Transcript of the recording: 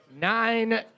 nine